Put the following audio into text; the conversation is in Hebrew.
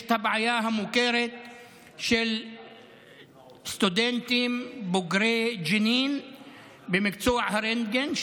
יש את הבעיה המוכרת של סטודנטים בוגרי ג'נין במקצוע הרנטגן.